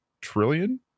trillion